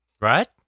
Right